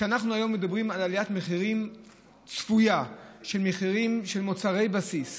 כשאנחנו היום מדברים על עליית מחירים צפויה של מחירי מוצרי בסיס,